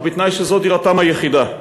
ובתנאי שזו דירתם היחידה.